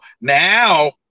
Now